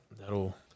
that'll